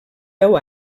deu